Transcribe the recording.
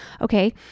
Okay